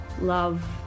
love